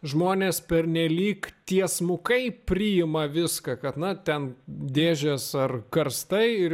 žmonės pernelyg tiesmukai priima viską kad na ten dėžės ar karstai ir